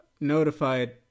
notified